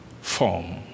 Form